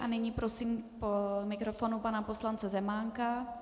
A nyní prosím k mikrofonu pana poslance Zemánka.